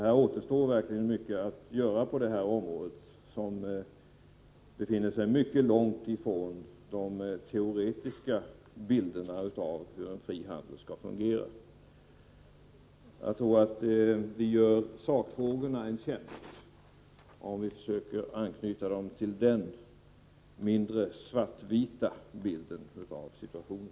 Det återstår verkligen mycket att göra på det här området — mycket som befinner sig långt ifrån de teoretiska bilderna av hur en fri handel skall fungera. Jag tror att vi gör sakfrågorna en tjänst, om vi söker anknyta dem till denna mer mångfasetterade och mindre svart-vita bild av situationen.